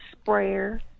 sprayer